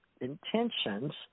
intentions